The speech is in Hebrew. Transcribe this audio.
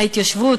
ההתיישבות,